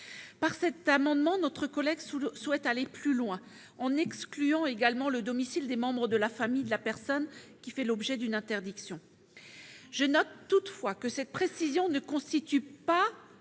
Par cet amendement, notre collègue souhaite aller plus loin, en excluant également du périmètre le domicile des membres de la famille de la personne faisant l'objet de l'interdiction. Je note que cette précision ne constitue pas